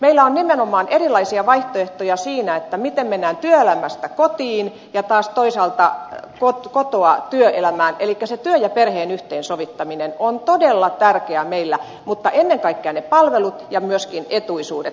meillä on nimenomaan erilaisia vaihtoehtoja siinä miten mennään työelämästä kotiin ja taas toisaalta kotoa työelämään elikkä se työn ja perheen yhteensovittaminen on todella tärkeä asia meillä mutta ennen kaikkea ne palvelut ja myöskin etuisuudet